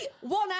One